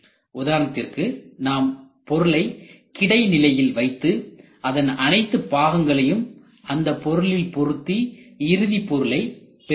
உதாரணத்திற்கு நாம் பொருளை கிடை நிலையில் வைத்து அதன் அனைத்து பாகங்களையும் அந்த பொருளில் பொருத்தி இறுதி பொருளை பெறுகிறோம்